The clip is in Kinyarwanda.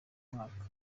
mwaka